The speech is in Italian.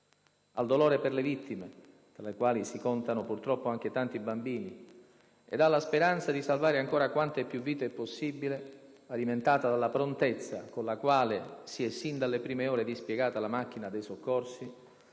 Al dolore per le vittime, tra le quali si contano purtroppo anche tanti bambini, ed alla speranza di salvare ancora quante più vite è possibile, alimentata dalla prontezza con la quale si è sin dalle prime ore dispiegata la macchina dei soccorsi,